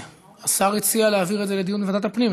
השר הציע להעביר את זה לדיון בוועדת הפנים,